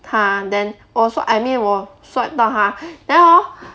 他 then also I mean 我 swipe 到他 then hor